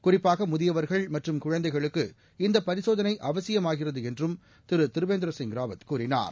குறிப்பாக முதியவர்கள் மற்றும் குழந்தைகளுக்கு இந்த பரிசோதனை அவசியமாகிறது என்றும் திரு திரிவேந்திரசிங் ராவத் கூறினார்